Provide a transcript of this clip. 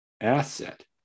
asset